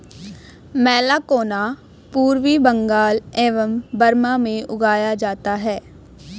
मैलाकोना पूर्वी बंगाल एवं बर्मा में उगाया जाता है